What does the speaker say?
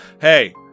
hey